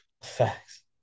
Facts